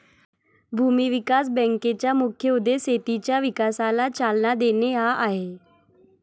भूमी विकास बँकेचा मुख्य उद्देश शेतीच्या विकासाला चालना देणे हा आहे